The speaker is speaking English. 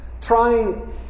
Trying